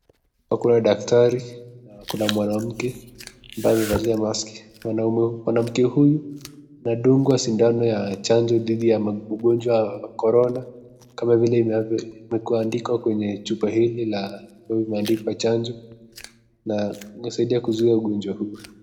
Kuna daktari, kuna mwanamke, ambaye amevalia mask . Mwanamke huyu anadungwa sindano ya chanjo dhidi ya ugonjwa wa Corona kama vile inavyo andikwa kwenye chupa hili la imeandikwa chanjo, na inasaidia kuzuia ugonjwa huu.